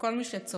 וכל מי שצופה